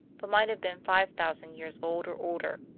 but might have been five thousand years old or older.